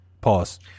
Pause